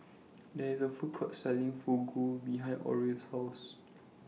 There IS A Food Court Selling Fugu behind Orie's House